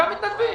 מתנדבים,